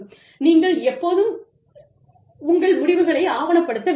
நீங்கள் எப்போதும் எப்போதும் உங்கள் முடிவுகளை ஆவணப்படுத்த வேண்டும்